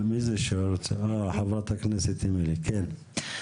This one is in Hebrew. חה"כ אמילי, כן?